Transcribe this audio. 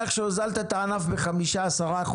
שהוזלת את הענף ב-5% או 10%,